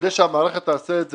בכדי שהמערכת תעשה את זה,